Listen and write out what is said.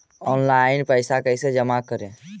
Online पैसा कैसे जमा करे?